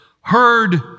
heard